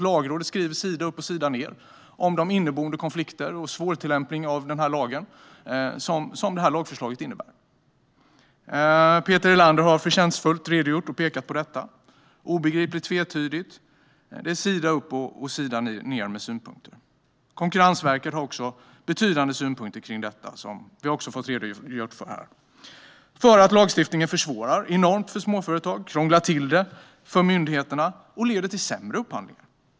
Lagrådet skriver sida upp och sidan ned om lagens inneboende konflikter och hur svår den är att tillämpa. Peter Helander har förtjänstfullt redogjort för och pekat på detta. Lagförslaget är obegripligt och tvetydigt, och sida upp och sida ned har fyllts med synpunkter på det. Även Konkurrensverket har betydande synpunkter, vilket vi här också har fått en redogörelse för. Man menar att lagstiftningen försvårar enormt för småföretag, krånglar till det för myndigheterna och leder till sämre upphandlingar.